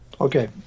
Okay